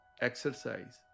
exercise